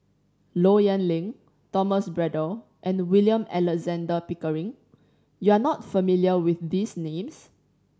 Low Yen Ling Thomas Braddell and William Alexander Pickering you are not familiar with these names